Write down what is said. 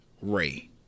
Ray